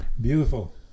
beautiful